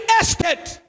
estate